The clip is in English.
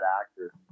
actor